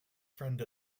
friend